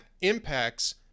impacts